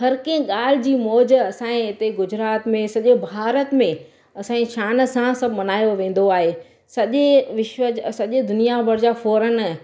हर कंहिं ॻाल्हि जी मौज़ असांजे हिते गुजरात में सॼो भारत में असांजी शान सां सभु मल्हायो वेंदो आहे सॼी विशवज सॼी दुनिया भर जा फोरन